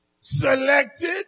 selected